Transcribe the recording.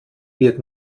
wird